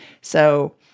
So-